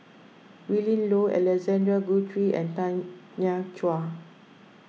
Willin Low Alexander Guthrie and Tanya Chua